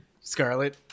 Scarlet